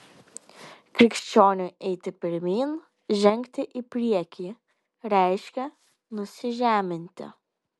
krikščioniui eiti pirmyn žengti į priekį reiškia nusižeminti